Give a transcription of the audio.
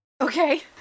Okay